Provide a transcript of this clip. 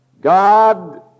God